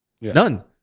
None